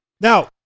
Now